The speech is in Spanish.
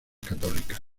católicas